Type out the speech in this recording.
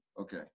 Okay